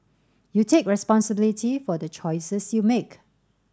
you take responsibility for the choices you make